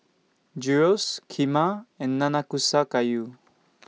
Gyros Kheema and Nanakusa Gayu